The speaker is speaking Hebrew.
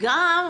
בנוסף,